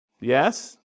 Yes